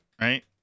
right